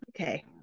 Okay